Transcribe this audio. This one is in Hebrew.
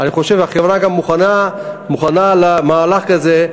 אני חושב שהחברה גם מוכנה למהלך כזה.